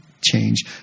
change